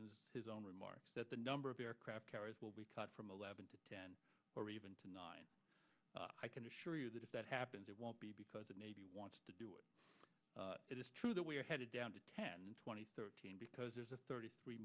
in his own remarks that the number of aircraft carriers will be cut from eleven to ten or even to nine i can assure you that if that happens it won't be because the navy wants to do it it is true that we are headed down to ten thousand and thirteen because there's a thirty three